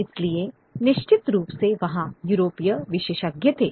इसलिए निश्चित रूप से वहां यूरोपीय विशेषज्ञ थे